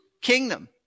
kingdom